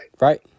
Right